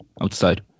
outside